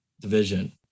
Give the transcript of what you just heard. division